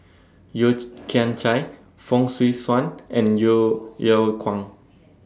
Yeo Kian Chye Fong Swee Suan and Yeo Yeow Kwang